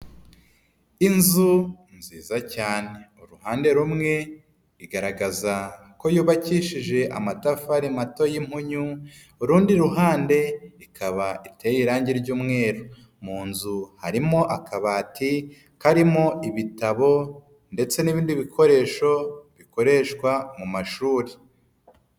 Inzu nziza cyane, uruhande rumwe, igaragaza ko yubakishije amatafari mato y'impunyu, urundi ruhande, ikaba iteye irangi ry'umweru, mu nzu harimo akabati, karimo ibitabo ndetse n'ibindi bikoresho, bikoreshwa mu mashuri.